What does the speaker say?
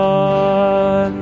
on